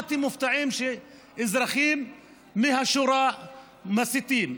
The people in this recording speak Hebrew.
מה אתם מופתעים שאזרחים מהשורה מסיתים?